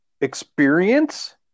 experience